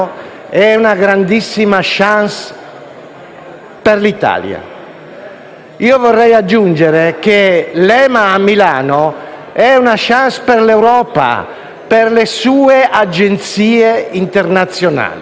per l'Italia. Io vorrei aggiungere che l'EMA a Milano è una *chance* per l'Europa e per le sue agenzie internazionali. Per